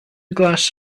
glass